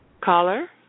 Caller